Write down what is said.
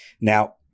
Now